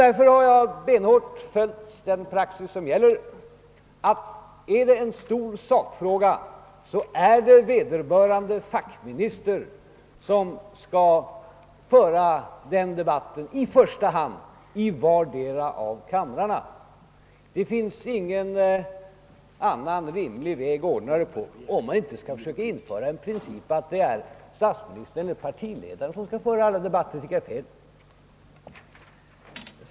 Därför har jag benhårt följt den praxis som gällt, att om det rör en stor sakfråga skall i första hand vederbörande fackminister föra debatten i vardera kammaren. Det finns ingen annan rimlig väg att ordna den saken på, om man inte vill införa den principen att det är statsministern såsom partiledare som skall föra alla debatter, vilket jag tycker är felaktigt.